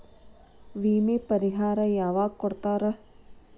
ವಿಮೆ ಪರಿಹಾರ ಯಾವಾಗ್ ಕೊಡ್ತಾರ?